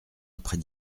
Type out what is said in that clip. après